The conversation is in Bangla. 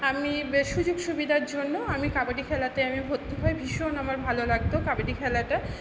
আমি সুযোগ সুবিধার জন্য আমি কাবাডি খেলাতে আমি ভর্তি হয়ে ভীষণ আমার ভালো লাগতো কাবাডি খেলাটা